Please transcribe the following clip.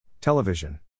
Television